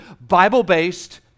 Bible-based